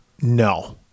no